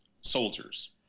soldiers